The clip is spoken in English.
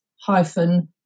hyphen